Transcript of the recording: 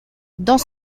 dans